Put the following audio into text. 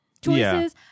choices